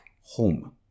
home